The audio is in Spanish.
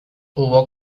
hubo